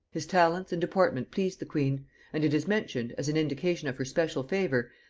his talents and deportment pleased the queen and it is mentioned, as an indication of her special favor,